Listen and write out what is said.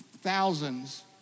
thousands